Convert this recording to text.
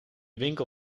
winkel